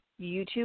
YouTube